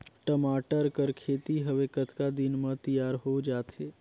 टमाटर कर खेती हवे कतका दिन म तियार हो जाथे?